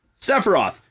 Sephiroth